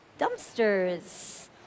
dumpsters